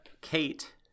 kate